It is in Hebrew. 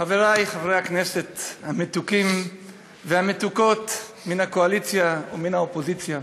חברי חברי הכנסת המתוקים והמתוקות מן הקואליציה ומן האופוזיציה,